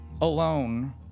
alone